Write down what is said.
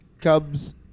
Cubs